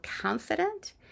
confident